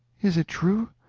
is it true?